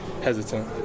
hesitant